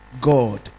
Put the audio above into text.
God